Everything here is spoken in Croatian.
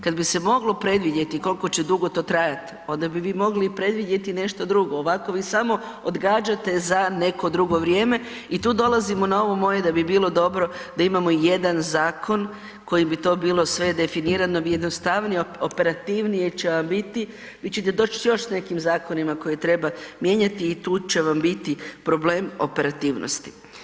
Kad bi se moglo predvidjeti koliko će dugo to trajati onda bi mi mogli i predvidjeti nešto drugo ovako vi samo odgađate za neko drugo vrijeme i tu dolazimo na ovo moje da bi bilo dobro da imamo jedan zakon kojim bi to bilo sve definirano i jednostavnije, operativnije će vam biti, vi ćete doći još s nekim zakonima koje treba mijenjati i tu će vam biti problem operativnosti.